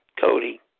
Cody